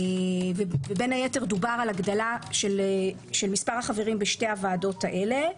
ובין היתר דובר על הגדלה של מספר החברים בשתי הוועדות האלה.